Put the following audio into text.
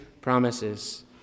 promises